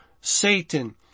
Satan